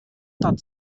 that